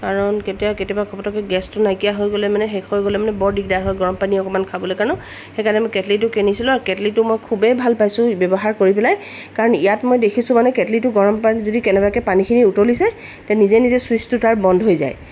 কাৰণ কেতিয়া কেতিয়াবা পটককৈ গেছটো নাইকিয়া হৈ গ'লে মানে শেষ হৈ গ'লে মানে বৰ দিগদাৰ হয় গৰমপানী অকণমান খাবলৈ কাৰণেও সেইকাৰণে মই কেটলিটো কিনিছিলোঁ আৰু কেটলিটো মই খুবেই ভাল পাইছোঁ ব্যৱহাৰ কৰি পেলাই কাৰণ ইয়াত মই দেখিছোঁ মানে কেটলিটো গৰমপানী যদি কেনেবাকৈ পানীখিনি উতলিছে তে নিজে নিজে ছুইচটো তাৰ বন্ধ হৈ যায়